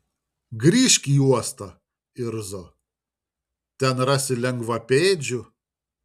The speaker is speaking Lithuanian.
grįžk į uostą irzo ten rasi lengvapėdžių